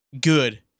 good